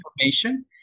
information